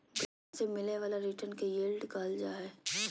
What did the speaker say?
bond से मिलय वाला रिटर्न के यील्ड कहल जा हइ